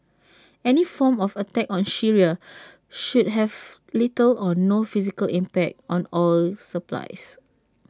any form of attack on Syria should have little or no physical impact on oil supplies